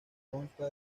consta